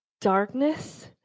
darkness